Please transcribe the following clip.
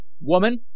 Woman